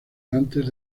antes